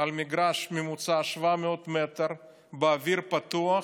על מגרש ממוצע 700 מטר, באוויר פתוח,